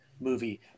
movie